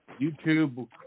YouTube